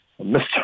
Mr